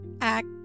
act